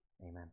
Amen